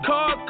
Car